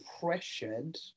pressured